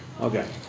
Okay